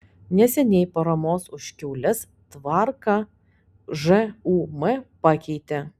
neseniai paramos už kiaules tvarką žūm pakeitė